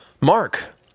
Mark